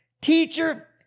Teacher